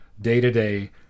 day-to-day